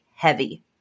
Heavy